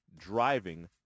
driving